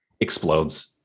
explodes